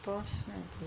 pause